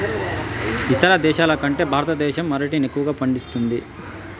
ఇతర దేశాల కంటే భారతదేశం అరటిని ఎక్కువగా పండిస్తుంది